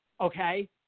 okay